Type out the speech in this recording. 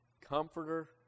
comforter